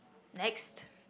next